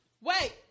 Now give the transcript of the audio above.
Wait